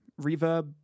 reverb